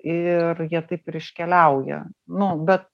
ir jie taip ir iškeliauja nu bet